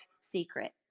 secret